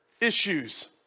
issues